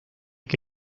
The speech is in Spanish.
que